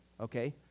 okay